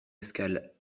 escale